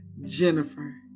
Jennifer